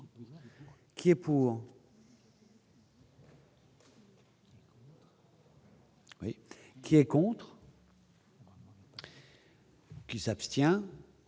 qui est pour. Qui est contre. Qui s'abstient